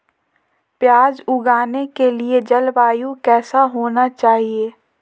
प्याज उगाने के लिए जलवायु कैसा होना चाहिए?